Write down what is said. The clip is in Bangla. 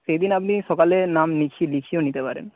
সেদিন আপনি সকালে নাম লিখিয়েও নিতে পারেন